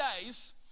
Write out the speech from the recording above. days